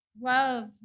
love